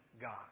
God